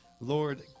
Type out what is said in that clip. Lord